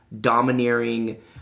domineering